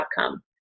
outcome